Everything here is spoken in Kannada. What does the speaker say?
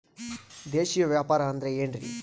ದೇಶೇಯ ವ್ಯಾಪಾರ ಅಂದ್ರೆ ಏನ್ರಿ?